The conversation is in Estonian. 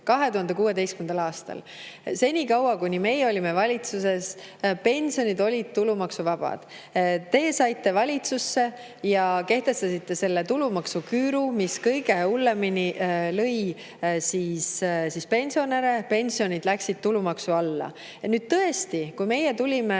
2016. aastal. Senikaua, kuni meie olime valitsuses, olid pensionid tulumaksuvabad. Te saite valitsusse ja kehtestasite selle tulumaksu küüru, mis kõige hullemini lõi pensionäre, pensionid läksid tulumaksu alla. Tõesti, kui meie tulime